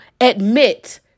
admit